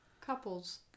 couples